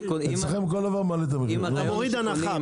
אצלכם כל דבר מעלה את המחיר --- אם אתה מוריד הנחה,